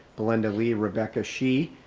belinda lee, rebecca shi,